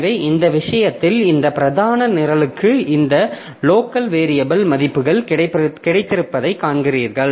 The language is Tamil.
எனவே இந்த விஷயத்தில் இந்த பிரதான நிரலுக்கு இந்த லோக்கல் வேரியபில் மதிப்புகள் கிடைத்திருப்பதை காண்கிறீர்கள்